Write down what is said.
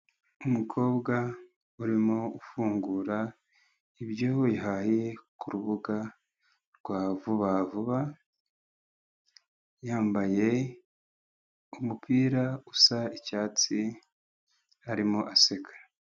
Umukobwa urimo ufungura ibyo yahashye kur rubuga rwa vuba vuba, yambaye umupira usa icyatsi, arimo aseka.